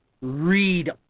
read